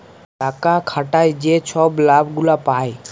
টাকা খাটায় যে ছব লাভ গুলা পায়